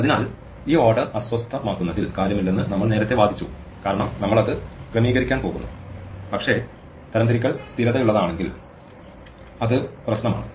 അതിനാൽ ഈ ഓർഡർ അസ്വസ്ഥമാക്കുന്നതിൽ കാര്യമില്ലെന്ന് നമ്മൾ നേരത്തെ വാദിച്ചു കാരണം നമ്മൾ അത് ക്രമീകരിക്കാൻ പോകുന്നു പക്ഷേ തരംതിരിക്കൽ സ്ഥിരതയുള്ളതാണെങ്കിൽ അത് പ്രശ്നമാണ്